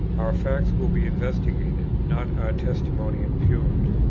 our facts will be investigated, not our testimony impugned.